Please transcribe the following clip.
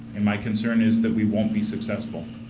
and my concern is that we won't be successful.